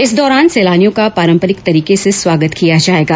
इस दौरान सैलानियों का पारम्परिक तरीके से स्वागत किया जाएगा